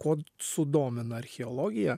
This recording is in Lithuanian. kuo sudomina archeologija